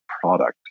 product